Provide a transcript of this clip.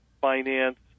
finance